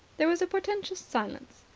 there was a portentous silence.